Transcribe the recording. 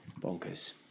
bonkers